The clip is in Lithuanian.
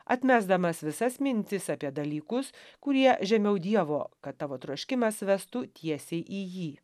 atmesdamas visas mintis apie dalykus kurie žemiau dievo kad tavo troškimas vestų tiesiai į jį